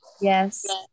Yes